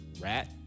RAT